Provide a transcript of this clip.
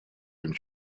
and